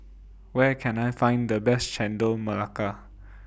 Where Can I Find The Best Chendol Melaka